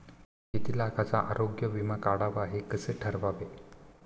किती लाखाचा आरोग्य विमा काढावा हे कसे ठरवावे?